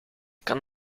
kan